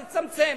לצמצם.